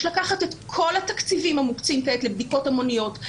יש לקחת את כל התקציבים המוקצים כעת לבדיקות המוניות,